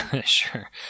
Sure